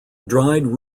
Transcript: dried